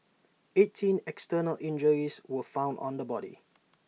eighteen external injuries were found on the body